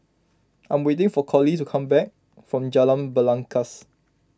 I'm waiting for Colie to come back from Jalan Belangkas